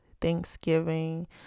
Thanksgiving